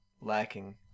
lacking